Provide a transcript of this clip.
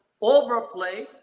overplay